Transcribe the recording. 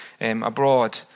abroad